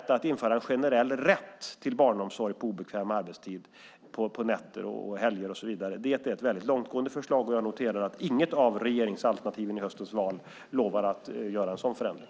Att införa en generell rätt till barnomsorg på obekväm arbetstid - på nätter, helger och så vidare - är ett väldigt långtgående förslag och jag noterar att inget av regeringsalternativen i höstens val lovar att genomföra en sådan förändring.